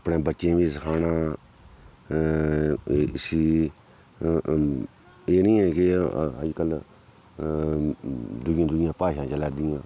अपने बच्चें गी सखाना इसी एह् नी ऐ कि अज्जकल दुइयां दुइयां भाशां चलै दियां